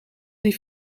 die